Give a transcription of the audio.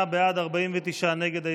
38 בעד, 49 נגד.